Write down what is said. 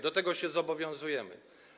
Do tego się zobowiązujemy.